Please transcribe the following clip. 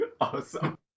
Awesome